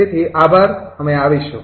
તેથી આભાર અમે આવીશું